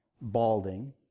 balding